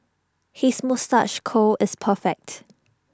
his moustache curl is perfect